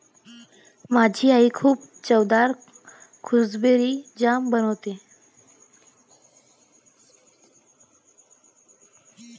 माझी आई खूप चवदार गुसबेरी जाम बनवते